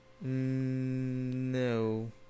No